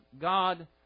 God